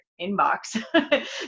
inbox